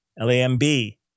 L-A-M-B